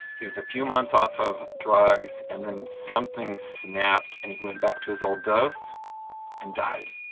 he was a few months off of drugs and then something snapped and he went back to his old dose and died,